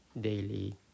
daily